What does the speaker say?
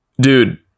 Dude